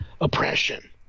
oppression